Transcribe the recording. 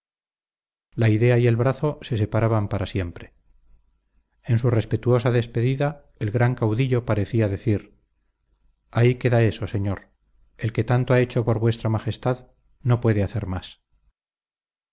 la idea y el brazo se separaban para siempre en su respetuosa despedida el gran caudillo parecía decir ahí queda eso señor el que tanto ha hecho por vuestra majestad no puede hacer más